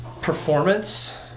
performance